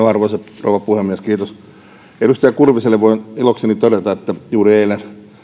arvoisa rouva puhemies edustaja kurviselle voin ilokseni todeta että juuri eilen